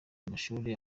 amashuri